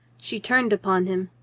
she turned upon him.